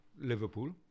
Liverpool